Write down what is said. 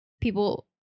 People